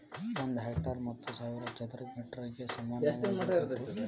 ಒಂದ ಹೆಕ್ಟೇರ್ ಹತ್ತು ಸಾವಿರ ಚದರ ಮೇಟರ್ ಗ ಸಮಾನವಾಗಿರತೈತ್ರಿ